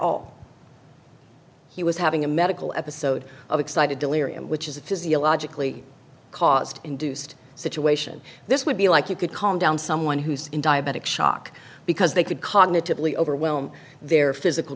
all he was having a medical episode of excited delirium which is a physiologically caused induced situation this would be like you could call down someone who's in diabetic shock because they could cognitively overwhelm their physical